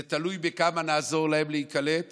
זה תלוי בכמה נעזור להם להיקלט